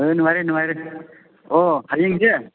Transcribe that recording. ꯅꯨꯡꯉꯥꯏꯔꯤ ꯅꯨꯡꯉꯥꯏꯔꯤ ꯑꯣ ꯍꯌꯦꯡꯁꯦ